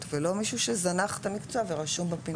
ולא מישהו שזנח את המקצוע ורשום בפנקס.